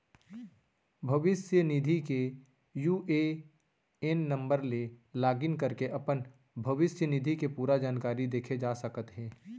भविस्य निधि के यू.ए.एन नंबर ले लॉगिन करके अपन भविस्य निधि के पूरा जानकारी देखे जा सकत हे